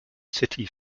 city